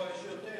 לא, יש יותר.